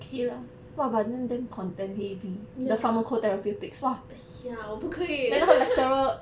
gone ya ya 我不可以